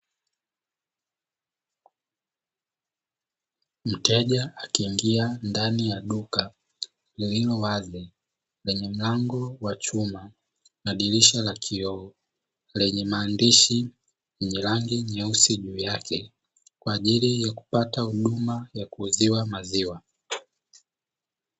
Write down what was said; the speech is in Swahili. Mteja akiingia ndani ya duka lililo wazi, lenye mlango wa chuma na dirisha la kioo. Lenye maandishi yenye rangi nyeusi juu yake, kwa ajili ya kupata huduma ya kuuziwa maziwa.